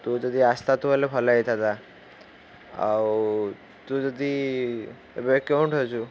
ତୁ ଯଦି ଅସିଥାନ୍ତୁ ବୋଲେ ଭଲ ହେଇଥାନ୍ତା ଆଉ ତୁ ଯଦି ଏବେ କେଉଁଠି ଅଛୁ